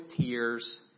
tears